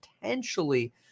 potentially